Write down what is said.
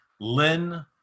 Lynn